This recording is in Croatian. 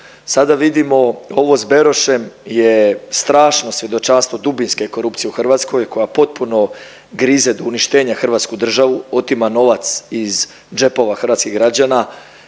Sada vidimo ovo s Berošem je strašno svjedočanstvo dubinske korupcije u Hrvatskoj koja potpuno grize do uništenja hrvatsku državu, otima novac iz džepova hrvatskih građana